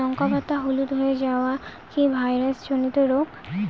লঙ্কা পাতা হলুদ হয়ে যাওয়া কি ভাইরাস জনিত রোগ?